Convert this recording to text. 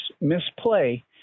misplay